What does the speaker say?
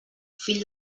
fill